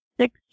six